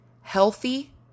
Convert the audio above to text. Healthy